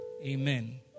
Amen